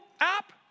app